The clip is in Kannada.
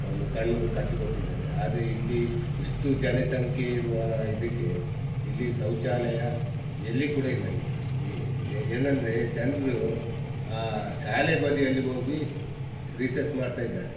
ಒಂದು ಸಣ್ಣದು ಕಟ್ಟಿ ಕೊಟ್ಟಿದ್ದಾರೆ ಆದರೆ ಇಲ್ಲಿ ಇಷ್ಟು ಜನಸಂಖ್ಯೆ ಇರುವ ಇದಕ್ಕೆ ಇಲ್ಲಿ ಶೌಚಾಲಯ ಎಲ್ಲಿ ಕೂಡ ಇಲ್ಲ ಏನಂದರೆ ಜನರು ಶಾಲೆ ಬದಿಯಲ್ಲಿ ಹೋಗಿ ರಿಸೆಸ್ ಮಾಡ್ತಾ ಇದ್ದಾರೆ